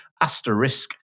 Asterisk